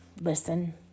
listen